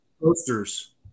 posters